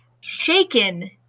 shaken